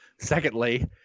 Secondly